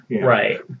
right